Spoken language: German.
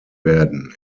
werden